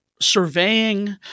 Surveying